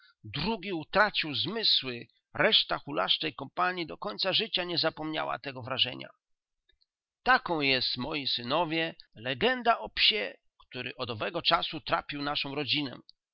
drugi utracił zmysły reszta hulaszczej kompanii do końca życia nie zapomniała tego wrażenia taką jest moi synowie legenda o psie który od owego czasu trapił naszą rodzinę